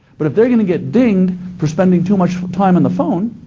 but if they're going to get dinged for spending too much time on the phone,